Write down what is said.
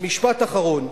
משפט אחרון.